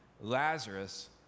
Lazarus